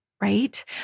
right